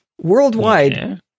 worldwide